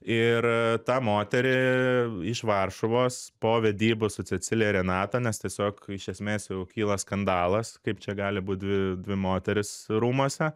ir tą moterį iš varšuvos po vedybų su cecilija renata nes tiesiog iš esmės jau kyla skandalas kaip čia gali būt dvi dvi moterys rūmuose